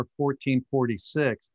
1446